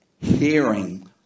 hearing